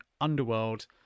underworld